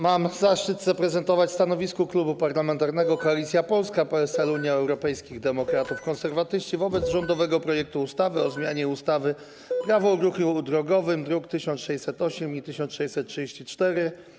Mam zaszczyt zaprezentować stanowisko Klubu Parlamentarnego Koalicja Polska - PSL, Unia Europejskich Demokratów, Konserwatyści wobec rządowego projektu ustawy o zmianie ustawy - Prawo o ruchu drogowym, druki 1608 i 1634.